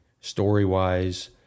story-wise